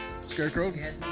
Scarecrow